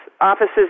offices